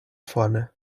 vorne